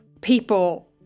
people